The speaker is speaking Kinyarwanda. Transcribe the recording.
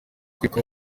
kwibuka